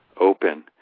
open